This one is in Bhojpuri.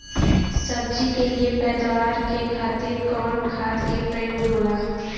सब्जी के लिए पैदावार के खातिर कवन खाद के प्रयोग होला?